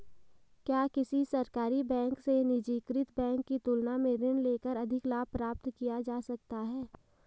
क्या किसी सरकारी बैंक से निजीकृत बैंक की तुलना में ऋण लेकर अधिक लाभ प्राप्त किया जा सकता है?